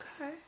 Okay